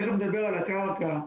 תכף אדבר על קרקע.